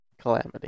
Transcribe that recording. Calamity